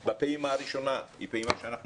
כאשר הפעימה הראשונה היא פעימה שאנחנו